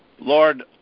Lord